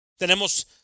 Tenemos